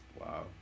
Wow